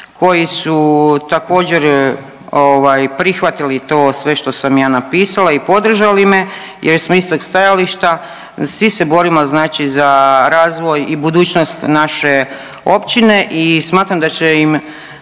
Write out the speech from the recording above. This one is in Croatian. koji su također ovaj prihvatili to sve što sam ja napisala i podržali me jer smo istog stajališta, svi se borimo znači za razvoj i budućnost naše općine i smatram da će im